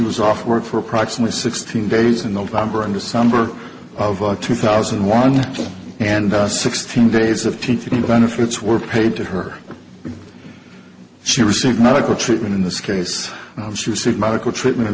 was off work for approximately sixteen days in the amber and december of two thousand and one and sixteen days of teaching the benefits were paid to her she received medical treatment in this case she received medical treatment in